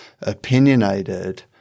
opinionated